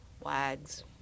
Wags